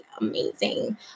amazing